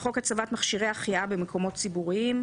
בחוק הצבת מכשירי החייאה במקומות ציבוריים,